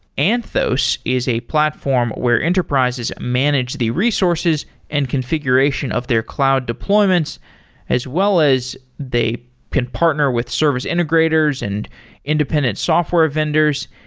anthos is a platform where enterprises manage the resources and configuration of their cloud deployments as well as they can partner with service integrators and independent software vendors.